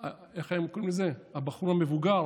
איך הם קוראים לזה, הבחור המבוגר,